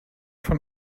von